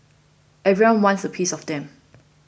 everyone wants a piece of them